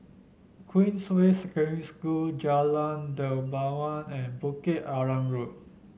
Queensway Secondary School Jalan Dermawan and Bukit Arang Road